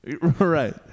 right